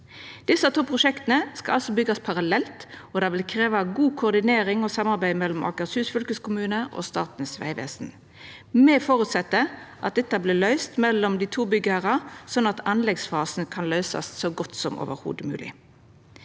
Desse to prosjekta skal altså byggjast parallelt, og det vil krevja god koordinering og samarbeid mellom Akershus fylkeskommune og Statens vegvesen. Me føreset at dette vert løyst mellom dei to byggherrane, slik at anleggsfasen kan løysast så godt som mogleg.